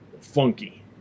funky